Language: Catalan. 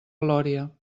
glòria